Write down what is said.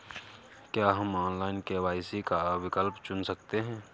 क्या हम online KYC का विकल्प चुन सकते हैं?